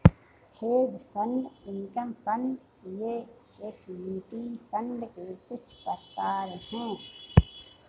hedge fund income fund ये equity fund के कुछ प्रकार हैं